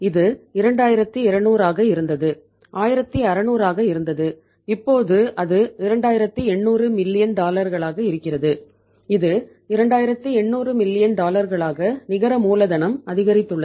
இது 2200 ஆக இருந்து 1600 ஆகா இருந்து இப்போது அது 2800 மில்லியன் நிகர மூலதனம் அதிகரித்துள்ளது